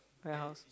warehouse